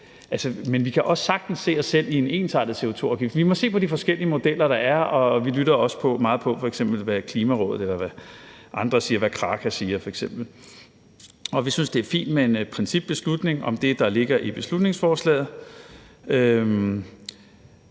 Men vi kan også sagtens se os selv i en ensartet CO2-afgift. Vi må se på de forskellige modeller, der er, og vi lytter også meget til, hvad f.eks. Klimarådet og Kraka og andre siger. Og vi synes, at det er fint med en principbeslutning i forhold til det, der ligger i beslutningsforslaget.